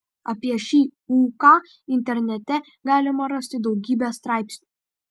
apie šį ūką internete galima rasti daugybę straipsnių